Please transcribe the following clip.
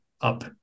up